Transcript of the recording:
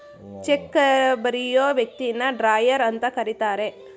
check ಬರಿಯೋ ವ್ಯಕ್ತಿನ drawer ಅಂತ ಕರಿತರೆ